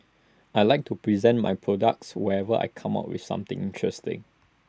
I Like to present my products whenever I come up with something interesting